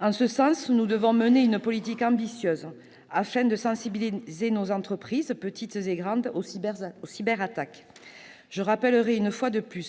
En ce sens, nous devons mener une politique ambitieuse afin de sensibiliser nos entreprises, petites et grandes, aux cyberattaques. Je rappellerai,